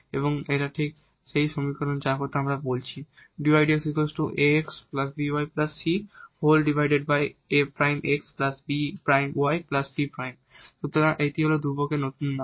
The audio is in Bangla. এবং এটি ঠিক সেই সমীকরণ যার কথা আমরা বলছি সুতরাং এটি হল ধ্রুবকটির নতুন নাম